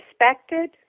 respected